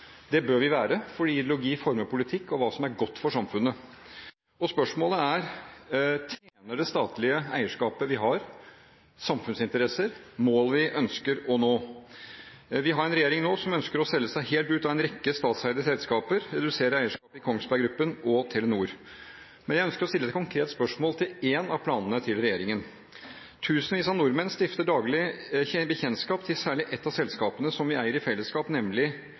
Det bør vi være, fordi ideologi former politikk og hva som er godt for samfunnet. Spørsmålet er: Tjener det statlige eierskapet vi har, samfunnsinteresser – mål vi ønsker å nå? Vi har nå en regjering som ønsker å selge seg helt ut av en rekke statseide selskaper, og redusere eierskapet i Kongsberg Gruppen og Telenor. Men jeg ønsker å stille et konkret spørsmål om en av planene til regjeringen. Tusenvis av nordmenn stifter daglig bekjentskap med særlig et av selskapene som vi eier i fellesskap, nemlig